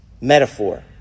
metaphor